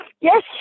Yes